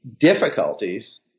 difficulties